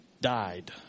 died